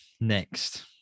next